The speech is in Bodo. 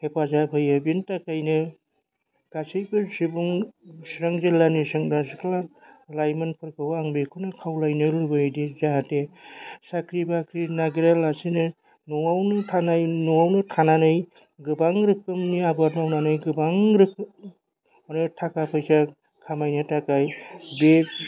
हेफाजाब होयो बिनि थाखायनो गासैबो सुबुं चिरां जिल्लानि सेंग्रा सिख्ला लाइमोनफोरखौ आं बेखौनो खावलायनो लुगैयोदि जाहाथे साख्रि बाख्रि नागिरा लासिनो न'आवनो थानाय न'आवनो थानानै गोबां रोखोमनि आबाद मावनानै गोबां रोखोम आरो थाखा फैसा खामायनो थाखाय बे